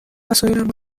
وسایلم